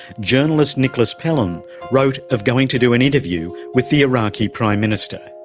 journalist nicolas pelham wrote of going to do an interview with the iraqi prime minister.